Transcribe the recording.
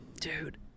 Dude